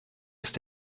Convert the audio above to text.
ist